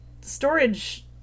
storage